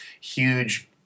huge